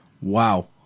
Wow